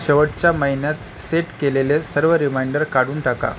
शेवटच्या महिन्यात सेट केलेले सर्व रिमाइंडर काढून टाका